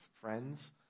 friends